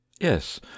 Yes